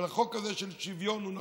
אבל החוק הזה של שוויון הוא נכון.